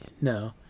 no